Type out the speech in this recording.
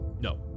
No